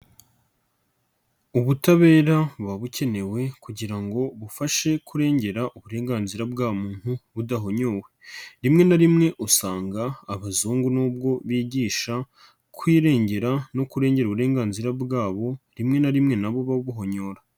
Ubutabera buba bukenewe kugira ngo bufashe kurengera uburenganzira bwa muntu budahonyowe, rimwe na rimwe usanga abazungu nubwo bigisha, kwirengera no kurengera uburenganzira bwabo rimwe na rimwe na bo babuhonyora.